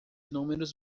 números